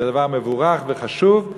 זה דבר מבורך וחשוב,